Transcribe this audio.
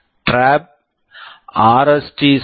drop TRAP R S T 7